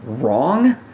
wrong